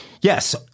yes